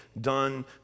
done